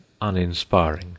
uninspiring